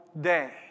day